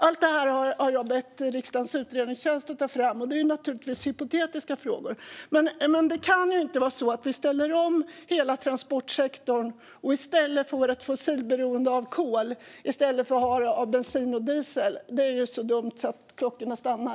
Allt detta har jag bett riksdagens utredningstjänst att ta fram, och det är naturligtvis hypotetiska frågor. Men det kan inte vara så att vi ställer om hela transportsektorn och får ett fossilberoende av kol i stället för av bensin och diesel. Det är så dumt att klockorna stannar.